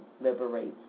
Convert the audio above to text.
liberates